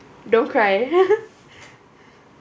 don't cry